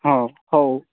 ହଉ ହଉ